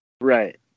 Right